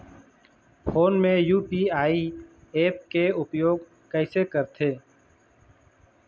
Phone मे UPI app के उपयोग कइसे करथे?